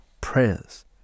prayers